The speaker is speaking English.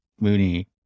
Mooney